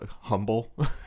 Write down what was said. humble